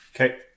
Okay